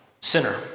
sinner